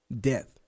death